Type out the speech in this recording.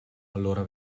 allora